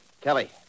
Kelly